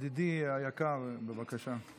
ידידי היקר, בבקשה.